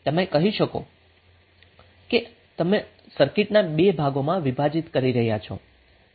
તેથી તમે કહી શકો છો કે તમે સર્કિટને 2 ભાગોમાં વિભાજીત કરી રહ્યા છો